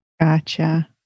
Gotcha